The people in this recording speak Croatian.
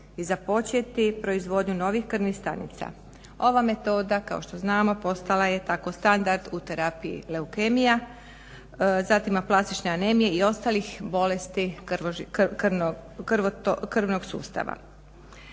i započeti proizvodnju novih krvnih stanica. Ova metoda kao što znamo postala je tako standard u terapiji leukemija, zatim aplastične anemije i ostalih bolesti krvnog sustava.